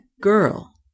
girl